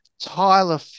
Tyler